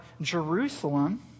Jerusalem